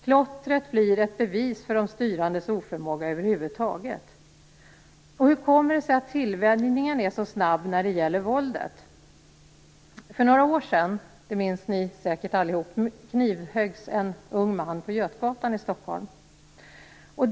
Klottret blir ett bevis för de styrandes oförmåga över huvud taget. Hur kommer det sig att tillvänjningen är så snabb när det gäller våldet? Ni minns säkert allihop att en ung man knivhöggs på Götgatan i Stockholm för några år sedan.